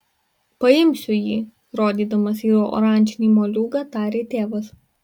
paimsiu jį rodydamas į oranžinį moliūgą tarė tėvas